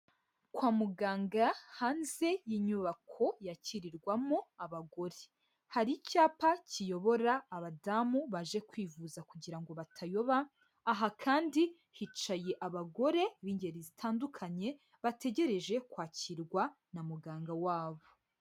Kwa muganga hanze y'inyubako yakirirwamo abagore, hari icyapa kiyobora abadamu baje kwivuza kugira ngo batayoba, aha kandi hicaye abagore b'ingeri zitandukanye bategereje kwakirwa na muganga wabo.